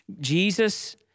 Jesus